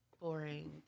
boring